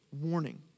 warning